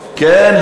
כן,